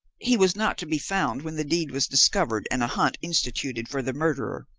he was not to be found when the deed was discovered, and a hunt instituted for the murderer.